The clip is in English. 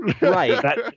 Right